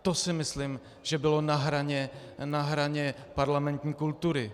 To si myslím, že bylo na hraně parlamentní kultury.